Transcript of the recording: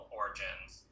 origins